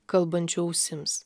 kalbančio ausims